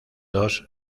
dos